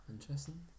Interesting